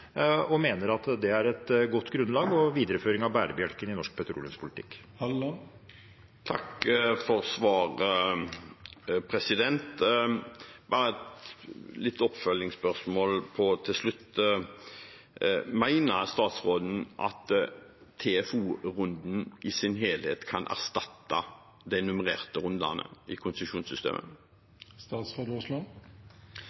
mener at det er et godt grunnlag og en videreføring av bærebjelken i norsk petroleumspolitikk. Takk for svaret. Jeg har et lite oppfølgingsspørsmål til slutt. Mener statsråden at TFO-runden i sin helhet kan erstatte de nummererte rundene i konsesjonssystemet?